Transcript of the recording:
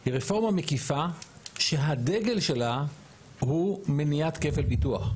היא רפורמה מקיפה שהדגל שלה הוא מניעת כפל ביטוח.